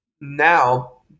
now